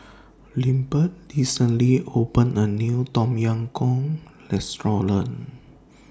Lindbergh recently opened A New Tom Yam Goong Restaurant